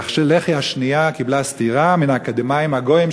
והלחי השנייה קיבלה סטירה מן האקדמאים הגויים,